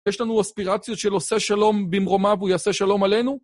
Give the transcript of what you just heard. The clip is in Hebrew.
יש לנו אספירציות של עושה שלום במרומיו הוא יעשה שלום עלינו?